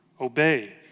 obey